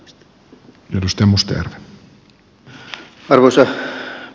arvoisa puhemies